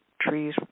trees